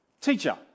Teacher